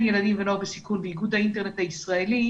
ילדים ונוער בסיכון ואיגוד האינטרנט הישראלי,